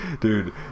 Dude